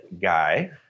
guy